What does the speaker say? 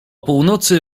północy